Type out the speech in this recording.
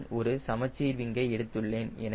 நான் ஒரு சமச்சீர் விங்கை எடுத்துள்ளேன்